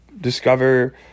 discover